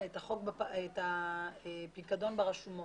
הפיקדון ברשומות.